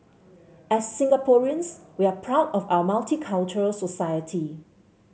as Singaporeans we're proud of our multicultural society